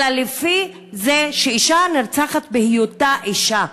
אלא לפי זה שאישה נרצחת בהיותה אישה,